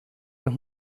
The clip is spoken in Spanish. los